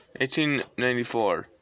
1894